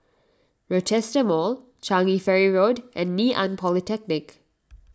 Rochester Mall Changi Ferry Road and Ngee Ann Polytechnic